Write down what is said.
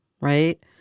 Right